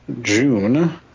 June